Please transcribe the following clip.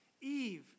Eve